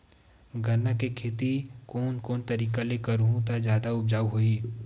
गन्ना के खेती कोन कोन तरीका ले करहु त जादा उपजाऊ होही?